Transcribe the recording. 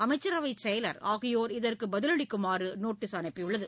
அமைச்சரவைச் செயலர் ஆகியோர் இதற்கு பதிலளிக்குமாறு நோட்டீஸ் அனுப்பியுள்ளது